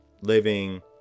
living